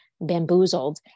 bamboozled